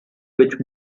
which